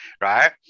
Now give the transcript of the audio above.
right